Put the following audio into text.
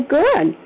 good